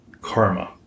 karma